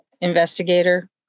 investigator